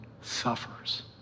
suffers